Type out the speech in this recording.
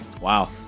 Wow